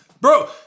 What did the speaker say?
Bro